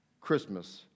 Christmas